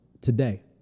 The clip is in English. today